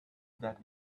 that